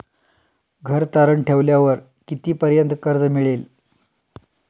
घर तारण ठेवल्यावर कितीपर्यंत कर्ज मिळेल?